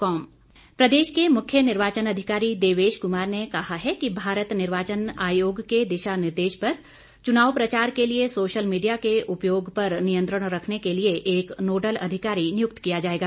चुनाव अधिकारी प्रदेश के मुख्य निर्वाचन अधिकारी देवेश कुमार ने कहा है कि भारत निर्वाचन आयोग के दिशा निर्देश पर चुनाव प्रचार के लिए सोशल मीडिया के उपयोग पर नियंत्रण रखने के लिए एक नोडल अधिकारी नियुक्त किया जाएगा